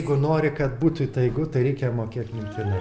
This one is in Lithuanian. jeigu nori kad būtų įtaigu tai reikia mokėt mintinai